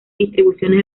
distribuciones